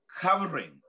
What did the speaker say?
covering